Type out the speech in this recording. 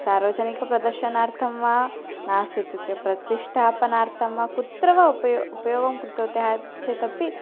सार्वजनिकप्रदर्शनार्थं वा नास्तीत्युक्ते प्रतिष्ठापनार्थं वा कुत्र वा उपयो उपयोगं कृतवत्यः चेतपि